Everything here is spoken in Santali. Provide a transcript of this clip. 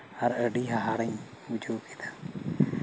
ᱟᱨ ᱟᱹᱰᱤ ᱦᱟᱦᱟᱲᱟᱧ ᱵᱩᱡᱷᱟᱹᱣ ᱠᱮᱫᱟ